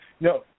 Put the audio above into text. No